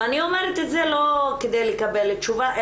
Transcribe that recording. ואני אומרת את זה לא כדי לקבל תשובה.